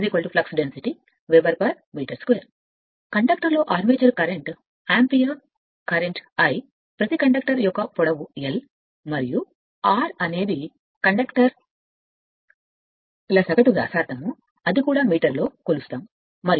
ఇప్పుడు B flux density ఆవిరి metre 2 కండక్టర్లో armature current ampere I current ప్రతి కండక్టర్ యొక్క పొడవు l మరియు r అనే సగటు వ్యాసార్థం వద్ద కండక్టర్లను ఉంచబడ్డాయిఅది కూడా మీటర్